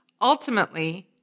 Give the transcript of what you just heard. Ultimately